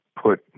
put